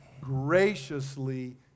graciously